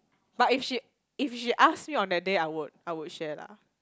but if she if she ask me on that day I would I would share lah